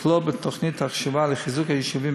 לכלול בתוכנית החשובה לחיזוק היישובים